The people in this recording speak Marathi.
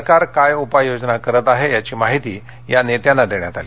सरकार काय उपाययोजना करतं आहे याची माहिती या नेत्यांना देण्यात आली